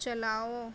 چلاؤ